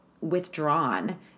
withdrawn